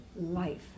Life